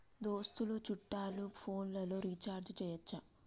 దోస్తులు చుట్టాలు ఫోన్లలో రీఛార్జి చేయచ్చా?